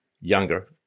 younger